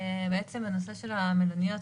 נושא המלוניות,